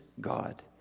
God